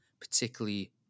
particularly